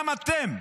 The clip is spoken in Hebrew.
גם אתם.